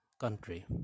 country